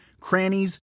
crannies